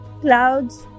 clouds